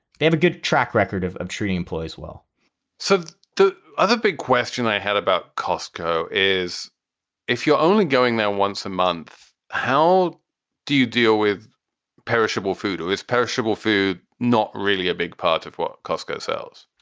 they have a good track record of of treating employees well so the other big question i had about costco is if you're only going there once a month, how do you deal with perishable food? who is perishable food? not really a big part of what costco sells